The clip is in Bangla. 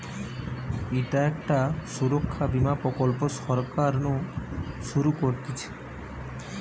ইটা একটা সুরক্ষা বীমা প্রকল্প সরকার নু শুরু করতিছে